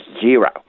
zero